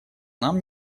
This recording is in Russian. нам